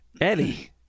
Eddie